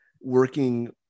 working